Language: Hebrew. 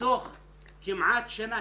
בתוך שנה,